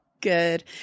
Good